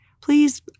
please